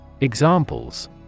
examples